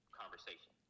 conversation